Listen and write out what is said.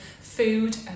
food